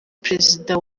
perezida